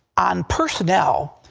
on personnel,